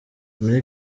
muri